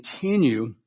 continue